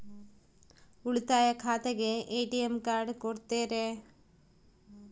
ಉಳಿತಾಯ ಖಾತೆಗೆ ATM card ಕೊಡ್ತೇರಿ?